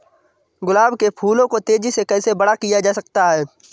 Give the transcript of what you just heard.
गुलाब के फूलों को तेजी से कैसे बड़ा किया जा सकता है?